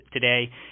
today